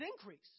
increase